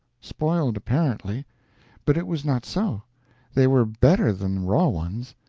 spoiled apparently but it was not so they were better than raw ones.